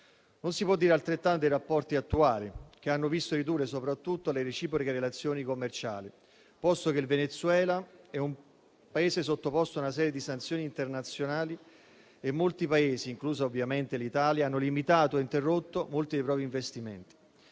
Non si può dire altrettanto dei rapporti attuali, che hanno visto ridurre soprattutto le reciproche relazioni commerciali, posto che il Venezuela è un Paese sottoposto a una serie di sanzioni internazionali e molti Paesi, inclusa ovviamente l'Italia, hanno limitato o interrotto molti dei propri investimenti.